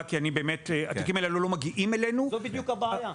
כי הם לא מגיעים אלינו -- זאת בדיוק הבעיה.